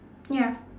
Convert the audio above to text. ya